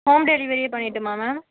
home டெலிவரியே பண்ணிவிட்டுமா ma'am